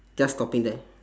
just stopping there